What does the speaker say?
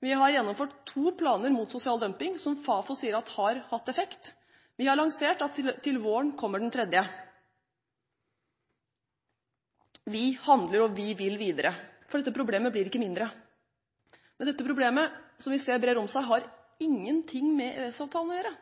Vi har gjennomført to planer mot sosial dumping, som Fafo sier at har hatt effekt, og vi har lansert at til våren kommer den tredje. Vi handler, og vi vil videre, for dette problemet blir ikke mindre. Men dette problemet, som vi ser brer om seg, har ingenting med EØS-avtalen å gjøre